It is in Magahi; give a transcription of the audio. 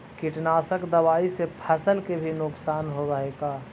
कीटनाशक दबाइ से फसल के भी नुकसान होब हई का?